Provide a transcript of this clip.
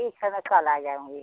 ठीक है मैं कल आ जाऊँगी